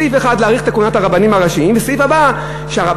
סעיף אחד להאריך את כהונת הרבנים הראשיים וסעיף הבא שהרבנים